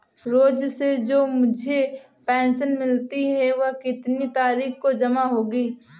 रोज़ से जो मुझे पेंशन मिलती है वह कितनी तारीख को जमा होगी?